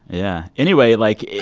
yeah. anyway, like.